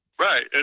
Right